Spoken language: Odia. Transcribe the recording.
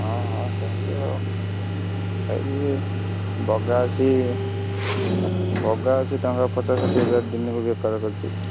ହଁ ହଁ ସେମିତି ଆଉ ବଗା ଅଛି ବଗା ଅଛି ଟଙ୍କା ପଚାଶ ଷାଠିଏ ହଜାର ଦିନକୁ ବେପାର କରିଛି